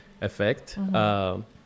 effect